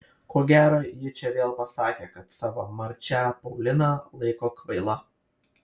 ko gero ji čia vėl pasakė kad savo marčią pauliną laiko kvaila